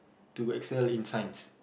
to excel in Science